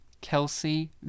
Kelsey